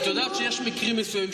את יודעת שיש מקרים מסוימים,